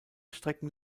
strecken